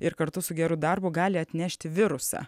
ir kartu su geru darbu gali atnešti virusą